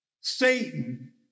Satan